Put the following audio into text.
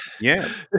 yes